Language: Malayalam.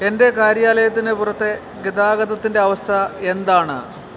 എൻ്റെ കാര്യാലയത്തിന് പുറത്തെ ഗതാഗതത്തിൻ്റെ അവസ്ഥ എന്താണ്